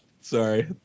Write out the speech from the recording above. Sorry